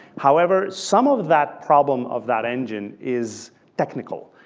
however, some of that problem of that engine is technical.